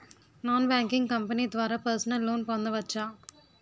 Non banking company ద్వారా personal loan పొందవచ్చా?